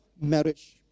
marriage